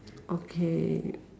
okay